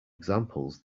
examples